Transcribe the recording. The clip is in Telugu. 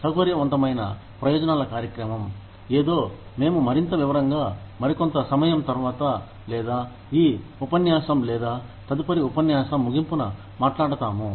సౌకర్యవంతమైన ప్రయోజనాల కార్యక్రమం ఏదో మేము మరింత వివరంగా మరికొంత సమయం తర్వాత లేదా ఈ ఉపన్యాసం లేదా తదుపరి ఉపన్యాసం ముగింపున మాట్లాడతాము